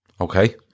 Okay